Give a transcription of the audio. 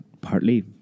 partly